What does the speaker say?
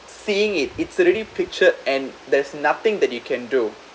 seeing it its already picture and there's nothing that you can do